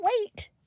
wait